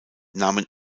nahmen